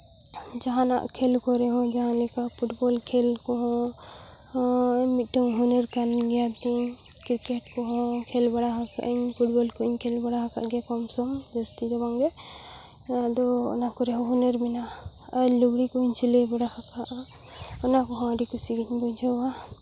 ᱡᱟᱦᱟᱱᱟᱜ ᱠᱷᱮᱞ ᱠᱚᱨᱮᱦᱚᱸ ᱡᱟᱦᱟᱸ ᱞᱮᱠᱟ ᱯᱷᱩᱴᱵᱚᱞ ᱠᱷᱮᱞ ᱠᱚᱦᱚᱸ ᱢᱤᱫᱴᱟᱱ ᱦᱩᱱᱟᱹᱨ ᱠᱟᱱ ᱜᱮᱭᱟᱛᱤᱧ ᱠᱨᱤᱠᱮᱴ ᱠᱚᱦᱚᱸ ᱠᱷᱮᱞ ᱵᱟᱲᱟ ᱟᱠᱟᱜ ᱤᱧ ᱯᱷᱩᱴᱵᱚᱞ ᱠᱚᱧ ᱠᱷᱮᱞ ᱵᱟᱲᱟ ᱟᱠᱟᱫ ᱜᱮᱭᱟ ᱠᱚᱢ ᱥᱚᱢ ᱡᱟᱹᱥᱛᱤ ᱫᱚ ᱵᱟᱝᱜᱮ ᱟᱫᱚ ᱚᱱᱟ ᱠᱚᱨᱮᱦᱚᱸ ᱦᱩᱱᱟᱹᱨ ᱢᱮᱱᱟᱜᱼᱟ ᱟᱨ ᱞᱩᱜᱽᱲᱤ ᱠᱚᱧ ᱥᱤᱞᱟᱹᱭ ᱵᱟᱲᱟ ᱟᱠᱟᱜᱼᱟ ᱚᱱᱟ ᱠᱚ ᱦᱚᱸ ᱟᱹᱰᱤ ᱠᱩᱥᱤ ᱜᱤᱧ ᱵᱩᱡᱷᱟᱹᱣᱟ